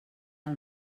del